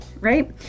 right